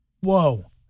whoa